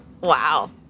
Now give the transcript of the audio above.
Wow